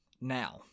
Now